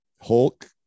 Hulk